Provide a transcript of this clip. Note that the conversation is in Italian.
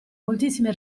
moltissime